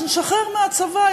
אז נשחרר מהצבא,